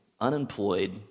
unemployed